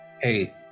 hey